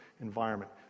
environment